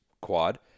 quad